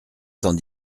cent